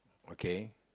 okay